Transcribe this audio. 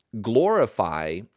glorify